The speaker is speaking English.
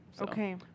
okay